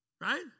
Right